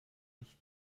nicht